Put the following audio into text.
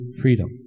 freedom